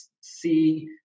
see